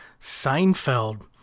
Seinfeld